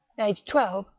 aged twelve,